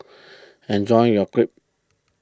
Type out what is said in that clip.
enjoy your Crepe